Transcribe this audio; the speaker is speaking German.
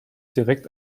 direkt